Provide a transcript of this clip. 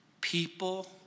People